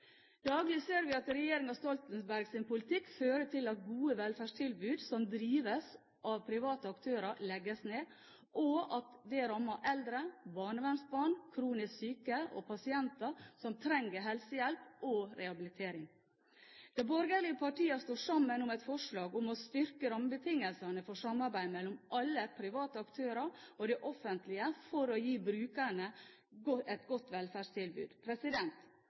Daglig ser vi at regjeringen Stoltenbergs politikk fører til at gode velferdstilbud som drives av private aktører, legges ned, og at det rammer eldre, barnevernsbarn, kronisk syke og pasienter som trenger helsehjelp og rehabilitering. De borgerlige partiene står sammen om et forslag om å styrke rammebetingelsene for samarbeid mellom alle private aktører og det offentlige, for å gi brukerne et godt velferdstilbud.